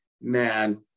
man